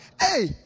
Hey